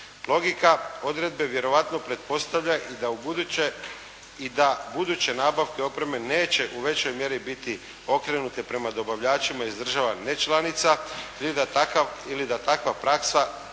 Logika odredbe vjerojatno pretpostavlja i da buduće nabavke opreme neće u većoj mjeri biti okrenute prema dobavljačima iz država nečlanica ili da takva praksa svakako